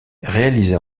réalisé